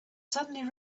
suddenly